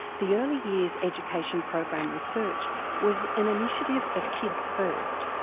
the early years education program research was an initiative of kids first,